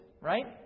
right